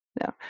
No